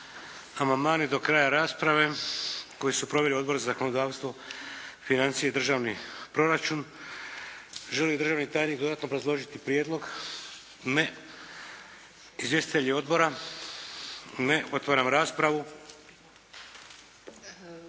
Amandmani do kraja rasprave koji su proveli Odbor za zakonodavstvo, financije i državni proračun. Želi li državni tajnik dodatno obrazložiti prijedlog? Ne. Izvjestitelji odbora? Ne. Otvaram raspravu.